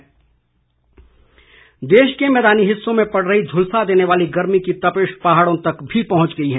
मौसम देश के मैदानी हिस्सों में पड़ रही झुलसा देने वाली गर्मी की तपिश पहाड़ों तक भी पहुंच गई है